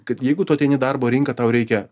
kad jeigu tu ateini darbo rinką tau reikia